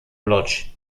łódź